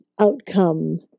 outcome